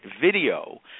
video